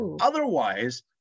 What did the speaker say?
otherwise